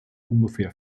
ungefähr